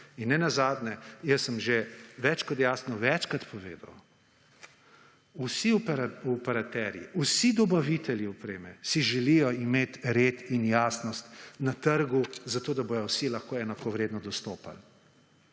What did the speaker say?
In nenazadnje jaz sem že več kot jasno večkrat povedal, vsi operaterji, vsi dobavitelji opreme si želijo imeti red in jasnost na trgu zato, da bodo vsi lahko enakovredno dostopali.